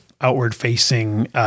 outward-facing